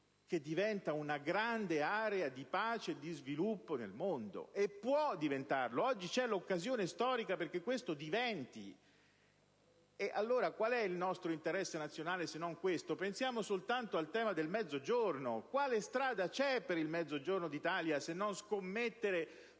che diventi una grande area di pace e di sviluppo nel mondo. E lo può diventare, oggi c'è l'occasione storica perché lo diventi. Allora, qual è il nostro interesse nazionale, se non questo? Pensiamo soltanto al tema del Mezzogiorno. Quale strada c'è per il Mezzogiorno d'Italia se non scommettere su un